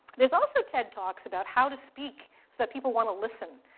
there's also ted talks about how to speak so that people want to listen.